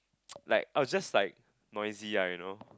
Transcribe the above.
like I was just like noisy ah you know